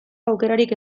aukerarik